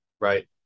right